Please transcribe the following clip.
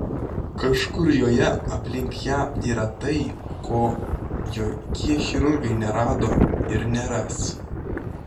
kažkur joje aplink ją yra tai ko jokie chirurgai nerado ir neras